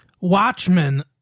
Watchmen